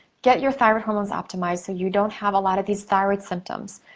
get your thyroid hormones optimized so you don't have a lot of these thyroid symptoms.